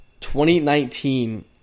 2019